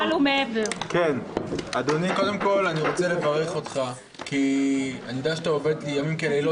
אני רוצה לברך אותך כי אני יודע שאתה עובד לילות כימים,